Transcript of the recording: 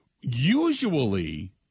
usually